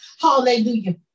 hallelujah